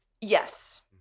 Yes